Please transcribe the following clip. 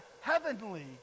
heavenly